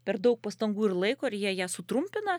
per daug pastangų ir laiko ir jie ją sutrumpina